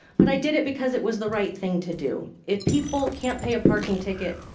but i did it because it was the right thing to do. if people can't pay a parking ticket,